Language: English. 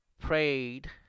prayed